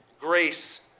Grace